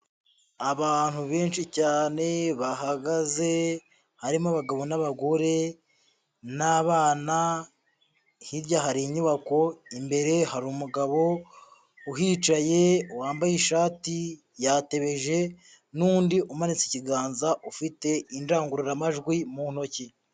Abantu benshi cyane bahagaze, harimo abagabo n'abagore n'abana, hirya hari inyubako, imbere hari umugabo uhicaye wambaye ishati yatebeje n'undi umanitse ikiganza ufite indangururamajwi mu ntoki.